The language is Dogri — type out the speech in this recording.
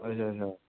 अच्छा अच्छा